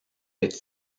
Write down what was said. est